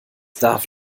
darf